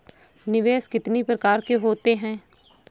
निवेश कितनी प्रकार के होते हैं?